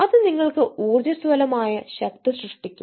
അത് നിങ്ങൾക്ക് ഊർജ്ജസ്വലമായ ശക്തി സൃഷ്ടിക്കും